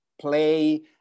play